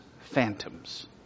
phantoms